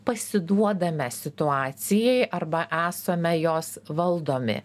pasiduodame situacijai arba esame jos valdomi